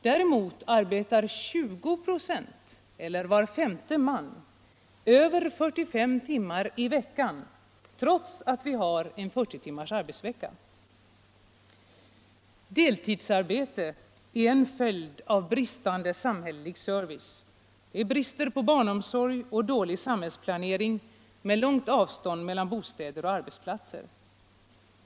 Däremot arbetar över 20 26 av männen — var femte man — över 45 timmar i veckan trots att vi har 40 timmars arbetsvecka. Deltidsarbete är er följd av bristande samhällelig service — bristande barnomsorg och dålig samhällsplanering med långa avstånd mellan bostäder och arbetsplatser.